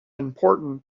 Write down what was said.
important